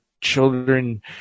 children